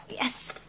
Yes